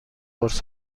قرص